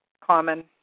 common